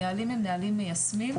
הנהלים הם נהלים מיישמים,